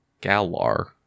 Galar